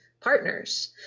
partners